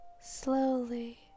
slowly